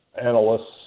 analysts